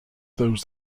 those